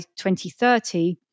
2030